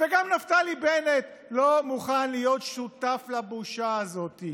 וגם נפתלי בנט לא מוכן להיות שותף לבושה הזאת,